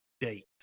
date